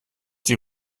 die